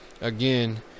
again